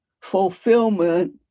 fulfillment